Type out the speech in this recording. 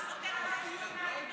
אדוני היושב-ראש,